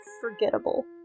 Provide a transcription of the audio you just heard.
forgettable